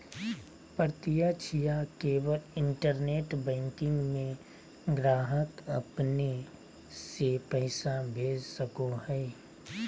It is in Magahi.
प्रत्यक्ष या केवल इंटरनेट बैंकिंग में ग्राहक अपने से पैसा भेज सको हइ